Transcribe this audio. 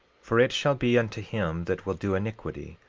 for it shall be unto him that will do iniquity,